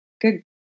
good